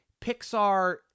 Pixar